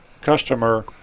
customer